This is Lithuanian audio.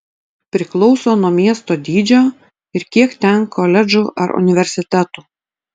priklauso nuo miesto dydžio ir kiek ten koledžų ar universitetų